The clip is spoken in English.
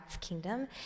kingdom